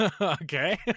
Okay